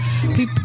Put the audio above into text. people